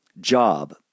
job